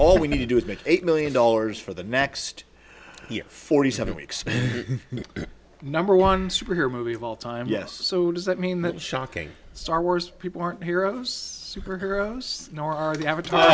all we need to do is make eight million dollars for the next forty seven weeks number one superhero movie of all time yes so does that mean that shocking star wars people aren't heroes superheroes nor are the a